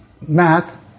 math